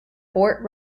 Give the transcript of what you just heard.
fort